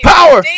Power